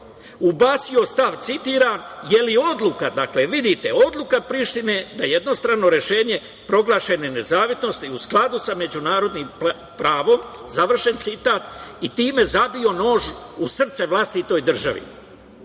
ubacio je stav, citiram - da je odluka Prištine da je jednostrano rešenje proglašene nezavisnosti u skladu sa međunarodnim pravom, završen citat, i time zabio nož u srce vlastitoj državi. Da